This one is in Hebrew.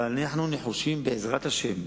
אבל אנחנו נחושים, בעזרת השם,